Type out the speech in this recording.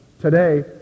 today